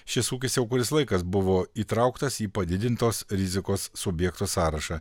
šis ūkis jau kuris laikas buvo įtrauktas į padidintos rizikos subjektų sąrašą